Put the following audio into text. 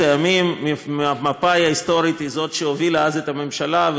אחרי מלחמת ששת הימים מפא"י ההיסטורית היא שהובילה את הממשלה,